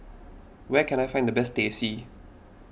where can I find the best Teh C